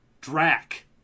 Drac